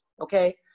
Okay